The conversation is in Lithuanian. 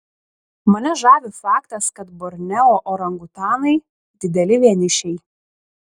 mane žavi faktas kad borneo orangutanai dideli vienišiai